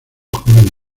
joven